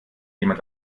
jemand